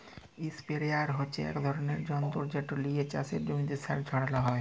ইসপেরেয়ার হচ্যে এক ধরলের যন্তর যেট লিয়ে চাসের জমিতে সার ছড়ালো হয়